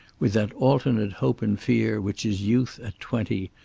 with that alternate hope and fear which is youth at twenty,